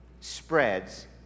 spreads